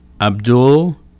abdul